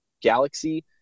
galaxy